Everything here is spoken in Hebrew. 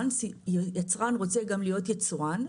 אם יצרן רוצה גם להיות יצואן,